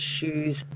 shoes